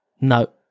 No